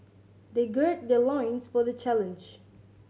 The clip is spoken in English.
they gird their loins for the challenge